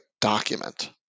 document